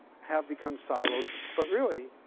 have become siloed. but, really,